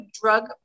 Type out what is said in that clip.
drug